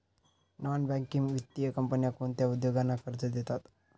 Non banking वित्तीय कंपन्या कोणत्या उद्योगांना कर्ज देतात?